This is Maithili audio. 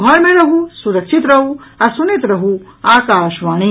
घर मे रहू सुरक्षित रहू आ सुनैत रहू आकाशवाणी